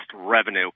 revenue